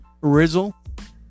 Rizzle